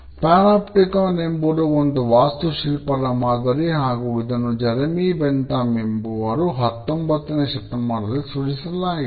panopticon ಎಂಬುವರು ಹತ್ತೊಂಬತ್ತನೇ ಶತಮಾನದಲ್ಲಿ ಸೃಜಿಸಲಾಯಿತು